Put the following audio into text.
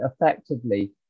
effectively